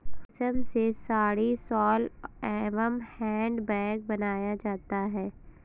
रेश्म से साड़ी, शॉल एंव हैंड बैग बनाया जाता है